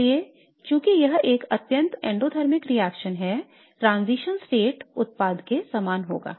इसलिए चूंकि यह एक अत्यधिक एंडोथर्मिक रिएक्शन है ट्रांजिशन स्टेट उत्पाद के समान होगा